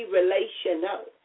relational